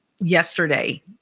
yesterday